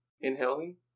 Inhaling